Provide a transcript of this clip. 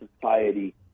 society